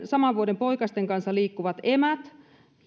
saman vuoden poikasten kanssa liikkuvat emät